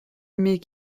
mais